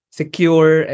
secure